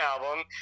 album